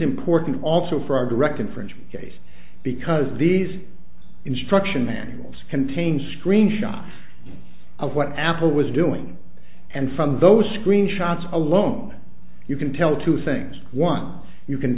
important also for our direct infringement case because these instruction manuals contain screenshots of what apple was doing and from those screenshots alone you can tell two things one you can